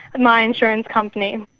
my insurance company.